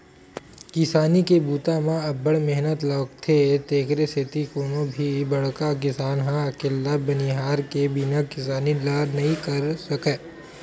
किसानी के बूता म अब्ब्ड़ मेहनत लोगथे तेकरे सेती कोनो भी बड़का किसान ह अकेल्ला बनिहार के बिना किसानी ल नइ कर सकय